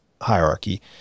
hierarchy